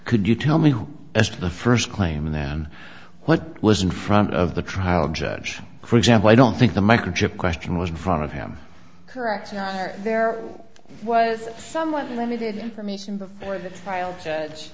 could you tell me as to the first claim and then what was in front of the trial judge for example i don't think the microchip question was in front of him correct or not there was somewhat limited information before the trial